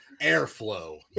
airflow